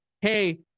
hey